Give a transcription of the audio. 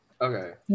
Okay